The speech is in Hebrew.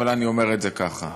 אבל אני אומר את זה ככה.